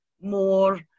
more